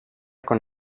con